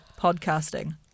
podcasting